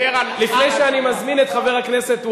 הוא דיבר על, לפני שאני מזמין את חבר הכנסת מולה,